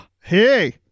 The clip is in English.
hey